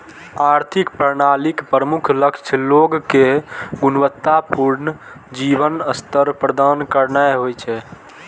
आर्थिक प्रणालीक प्रमुख लक्ष्य लोग कें गुणवत्ता पूर्ण जीवन स्तर प्रदान करनाय होइ छै